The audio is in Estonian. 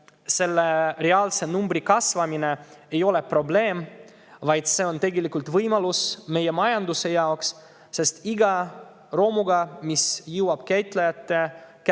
selle reaalse numbri kasvamine ei ole probleem, vaid see on tegelikult võimalus meie majandusele, sest iga romuga, mis jõuab käitlejate kätte,